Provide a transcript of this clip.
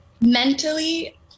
Mentally